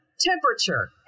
temperature